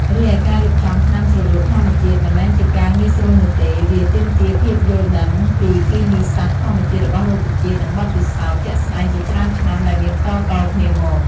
រីឯការរៀបចំថ្នាំជ្រលក់ធម្មជាតិមិនមែនជាការងាយស្រួលនោះទេ វាទាមទារភាពយល់ដឹងពីគីមីសាស្ត្រធម្មជាតិរបស់រុក្ខជាតិនិងបទពិសោធន៍ជាក់ស្តែងជាច្រើនឆ្នាំដែលមានតៗគ្នាមក។